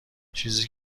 چیزی